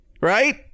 right